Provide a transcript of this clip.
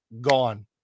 gone